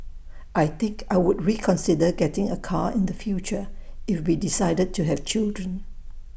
I think I would reconsider getting A car in the future if we decided to have children